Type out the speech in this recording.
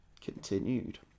continued